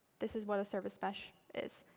this is what a service mesh is.